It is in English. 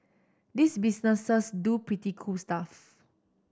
these businesses do pretty cool stuff